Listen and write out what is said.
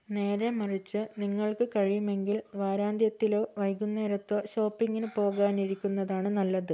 നേരെ മറിച്ച് നിങ്ങൾക്ക് കഴിയുമെങ്കിൽ വാരാന്ത്യത്തിലോ വൈകുന്നേരത്തോ ഷോപ്പിംഗിന് പോകാനിരിക്കുന്നതാണ് നല്ലത്